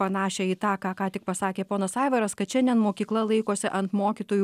panašią į tą ką ką tik pasakė ponas aivaras kad šiandien mokykla laikosi ant mokytojų